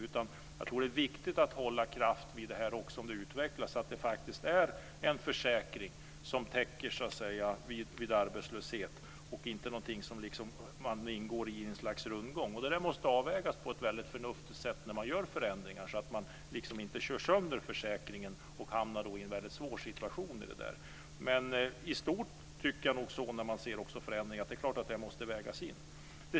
Det är viktigt att hålla kraften i detta om det sker en utveckling, så att a-kassan förblir en försäkring som ska täcka upp vid arbetslöshet och inte blir något som kommer att ingå i något slags rundgång. Här måste göras förnuftiga avvägningar i samband med förändringar så att försäkringen inte körs sönder och det blir en svår situation. Förändringar måste vägas in.